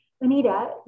Anita